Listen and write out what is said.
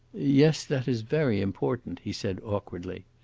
yes, that is very important, he said awkwardly.